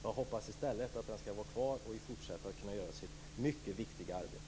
Jag hoppas i stället att den skall få vara kvar och kunna fortsätta att utföra sitt mycket viktiga arbete.